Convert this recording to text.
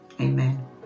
Amen